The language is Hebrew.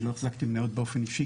אני לא החזקתי מניות באופן אישי,